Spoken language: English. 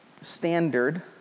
standard